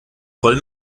voll